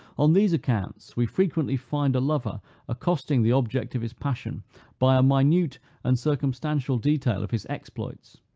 on these accounts, we frequently find a lover accosting the object of his passion by a minute and circumstantial detail of his exploits,